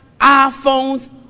iPhones